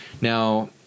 Now